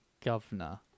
governor